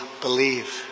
believe